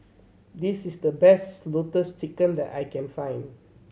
this is the best Lotus Leaf Chicken that I can find